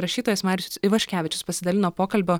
rašytojas marius ivaškevičius pasidalino pokalbio